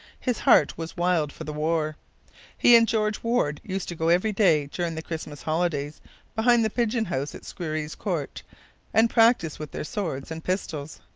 his heart was wild for the war he and george warde used to go every day during the christmas holidays behind the pigeon-house at squerryes court and practise with their swords and pistols.